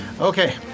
Okay